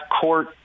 court